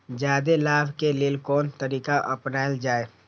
जादे लाभ के लेल कोन तरीका अपनायल जाय?